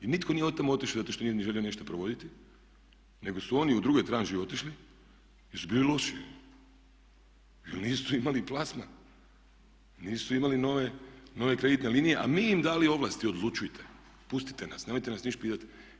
I nitko nije od tamo otišao zato što nije želio nešto provoditi, nego su oni u drugoj tranši otišli jer su bili loši, jer nisu imali plasman, nisu imali nove kreditne linije, a mi im dali ovlasti odlučujte, pustite nas, nemojte nas ništa pitati.